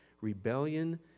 rebellion